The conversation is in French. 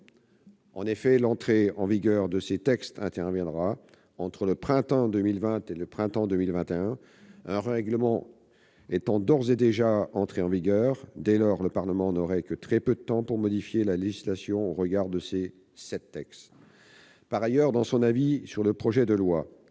En effet, l'entrée en vigueur de ces textes interviendra entre le printemps 2020 et le printemps 2021, un règlement étant d'ores et déjà entré en vigueur ; dès lors, le Parlement n'aurait que très peu de temps pour modifier la législation au regard de ces sept textes. Par ailleurs, dans son avis sur le projet de loi,